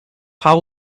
how